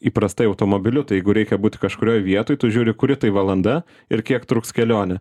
įprastai automobiliu tai jeigu reikia būti kažkurioj vietoj tu žiūri kuri tai valanda ir kiek truks kelionė